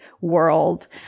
world